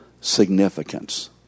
significance